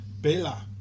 Bela